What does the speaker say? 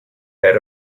that